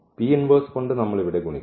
ഈ കൊണ്ട് നമ്മൾ ഇവിടെ ഗുണിക്കുന്നു